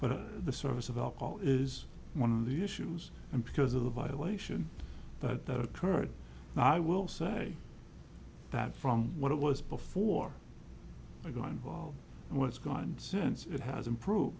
but the service of alcohol is one of the issues and because of the violation that occurred i will say that from what it was before i got involved and what's gone on since it has improved